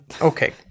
okay